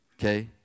okay